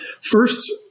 first